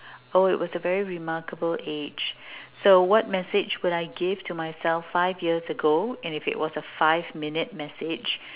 oh it was a very remarkable age so what message would I give to myself five years ago and if it was a five minute message